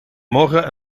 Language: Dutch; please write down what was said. morgen